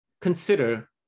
consider